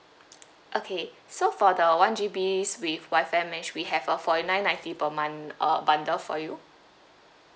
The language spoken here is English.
okay so for the one G_Bs with Wi-Fi mesh we have a forty nine ninety per month uh bundle for you